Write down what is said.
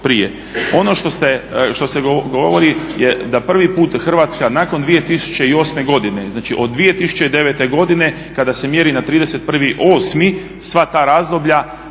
Ono što se govori da prvi put Hrvatska nakon 2008.godine, znači od 2009.godine kada se mjeri na 31.8. sva ta razdoblja